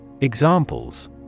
Examples